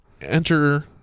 Enter